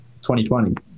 2020